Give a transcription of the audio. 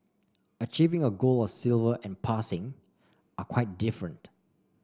achieving a gold or silver and passing are quite different